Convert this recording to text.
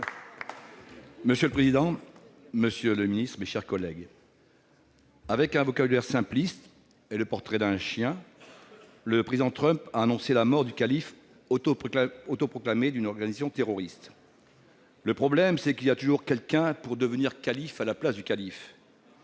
Monsieur le président, monsieur le ministre, mes chers collègues, avec un vocabulaire simpliste et le portrait d'un chien, le président Trump a annoncé la mort du calife autoproclamé d'une organisation terroriste. Le problème, c'est qu'il y a toujours quelqu'un pour devenir calife à la place du calife